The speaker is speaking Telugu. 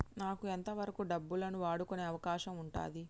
నాకు ఎంత వరకు డబ్బులను వాడుకునే అవకాశం ఉంటది?